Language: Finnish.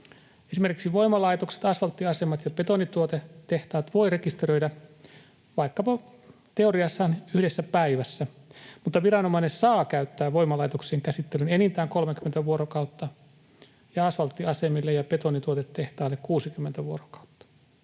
Esimerkiksi voimalaitokset, asfalttiasemat ja betonituotetehtaat voi rekisteröidä teoriassa vaikkapa yhdessä päivässä, mutta viranomainen saa käyttää voimalaitoksien käsittelyyn enintään 30 vuorokautta ja asfalttiasemille ja betonituotetehtaille 60 vuorokautta.